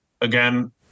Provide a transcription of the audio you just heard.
again